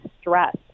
stress